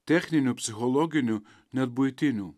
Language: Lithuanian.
techninių psichologinių net buitinių